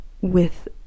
with-